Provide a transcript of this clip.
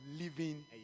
living